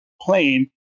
plane